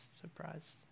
surprise